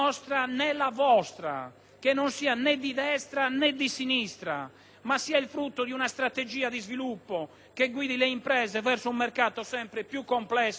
che non sia né di destra né di sinistra, ma sia il frutto di una strategia di sviluppo che guidi le imprese verso un mercato sempre più complesso e competitivo.